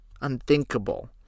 Unthinkable